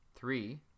Three